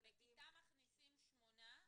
בכיתה מכניסים שמונה,